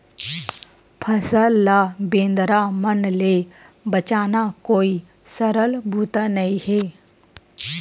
फसल ल बेंदरा मन ले बचाना कोई सरल बूता नइ हे